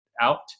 out